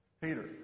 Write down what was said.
Peter